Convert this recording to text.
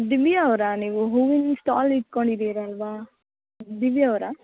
ದಿವ್ಯಾ ಅವರಾ ನೀವು ಹೂವಿನ ಸ್ಟಾಲ್ ಇಟ್ಕೊಂಡಿದ್ದೀರಲ್ವಾ ದಿವ್ಯಾ ಅವರಾ